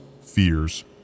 fears